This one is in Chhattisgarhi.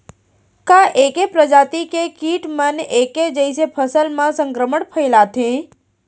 का ऐके प्रजाति के किट मन ऐके जइसे फसल म संक्रमण फइलाथें?